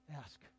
Ask